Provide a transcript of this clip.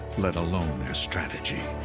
let alone their strategy.